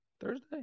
Thursday